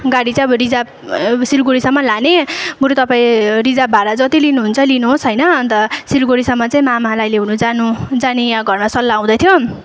गाडी चाहिँ अब रिजर्भ सिलगढीसम्म लाने बरू तपाईँ रिजर्भ भाडा जति लिनुहुन्छ लिनुहोस् होइन अन्त सिलगढीसम्म चाहिँ यहाँ मामालाई ल्याउनु जानु जाने यहाँ घरमा सल्लाह हुँदै थियो